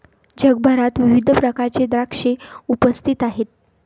जगभरात विविध प्रकारचे द्राक्षे उपस्थित आहेत